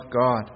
God